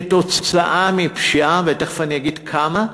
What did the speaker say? כתוצאה מפשיעה, ותכף אני אגיד כמה,